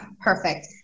perfect